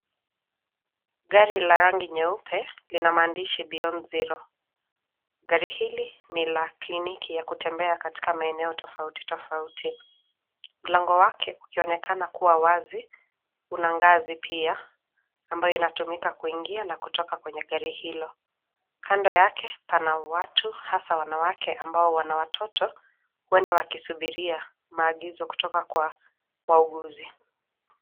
Gari la rangi nyeupe lina maandishi Beyond Zero . Gari hili ni la kliniki ya kutembea katika maeneo tofauti tofauti. Mlango wake ukionekana kuwa wazi, kuna ngazi pia ambayo inatumika kuingia na kutoka kwenye gari hilo. Kando yake pana watu hasa wanawake ambao wana watoto huenda wakisubiria maagizo kutoka kwa wauguzi.